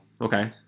okay